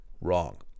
Wrong